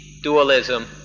dualism